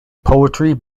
poetry